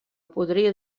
podria